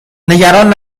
نگران